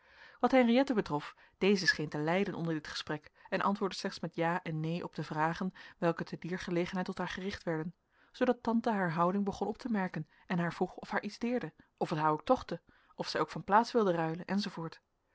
wat henriëtte betrof deze scheen te lijden onder dit gesprek en antwoordde slechts met ja en neen op de vragen welke te dier gelegenheid tot haar gericht werden zoodat tante haar houding begon op te merken en haar vroeg of haar iets deerde of het haar ook tochtte of zij ook van plaats wilde ruilen